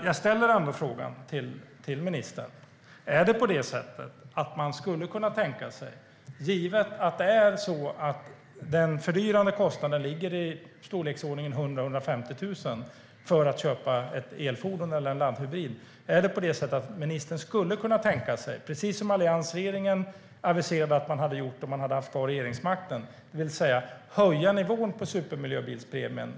Jag ställer ändå frågan till ministern: Givet att den fördyrande kostnaden ligger i storleksordningen 100 000-150 000 för att köpa ett elfordon eller en laddhybrid - skulle ministern kunna tänka sig att, precis som alliansregeringen aviserade att man skulle ha gjort om man hade haft kvar regeringsmakten, höja nivån på supermiljöbilspremien?